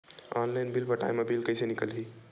Online bill पटाय मा bill कइसे निकलही?